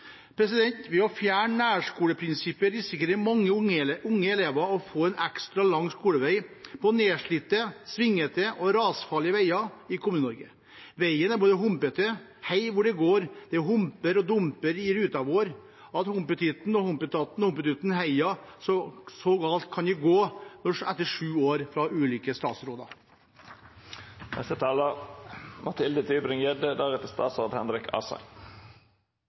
Ved å fjerne nærskoleprinsippet risikerer mange unge elever å få en ekstra lang skolevei på nedslitte, svingete og rasfarlige veier i Kommune-Norge. «Men vegen er hompete, hei hvor det går, det homper og domper i ruta vår. Å hompetitten, hompetatten, hompetutten teia» – så galt kan det gå etter sju år med ulike statsråder.